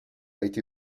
été